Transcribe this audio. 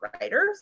writers